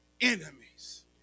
enemies